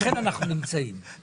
לכן אנחנו נמצאים כאן.